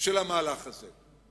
של המהלך הזה.